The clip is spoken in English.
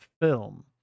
film